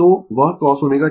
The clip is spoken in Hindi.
तो वह cosω t है